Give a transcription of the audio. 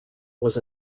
was